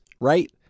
right